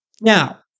Now